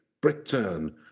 Britain